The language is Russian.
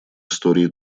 истории